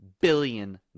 billion